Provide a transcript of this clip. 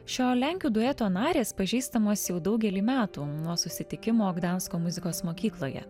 šio lenkių dueto narės pažįstamos jau daugelį metų nuo susitikimo gdansko muzikos mokykloje